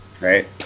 right